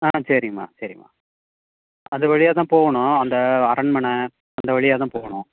ஆ சரிம்மா சரிம்மா அது வழியாக தான் போகணும் அந்த அரண்மனை அந்த வழியாக தான் போகணும்